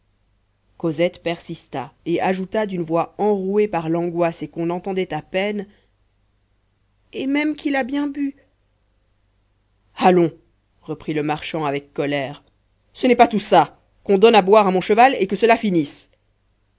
cosette persista et ajouta d'une voix enrouée par l'angoisse et qu'on entendait à peine et même qu'il a bien bu allons reprit le marchand avec colère ce n'est pas tout ça qu'on donne à boire à mon cheval et que cela finisse